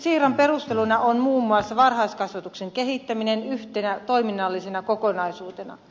siirron perusteluina on muun muassa varhaiskasvatuksen kehittäminen yhtenä toiminnallisena kokonaisuutena